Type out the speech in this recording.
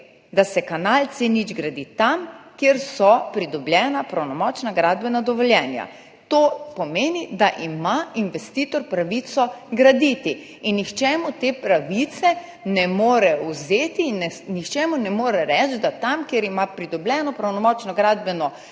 da se kanal C0 gradi tam, kjer so pridobljena pravnomočna gradbena dovoljenja. To pomeni, da ima investitor pravico graditi in nihče mu te pravice ne more vzeti in nihče mu ne more reči, da naj tam, kjer ima pridobljeno pravnomočno gradbeno